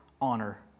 honor